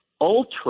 ultra